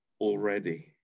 already